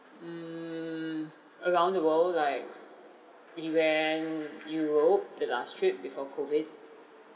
mm around the world like we went europe the last trip before COVID